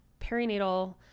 perinatal